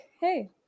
hey